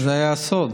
זה היה סוד.